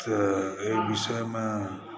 तऽ एहि विषयमे